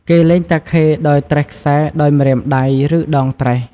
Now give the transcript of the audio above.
គេលេងតាខេដោយត្រេះខ្សែដោយម្រាមដៃ ឬដងត្រេះ។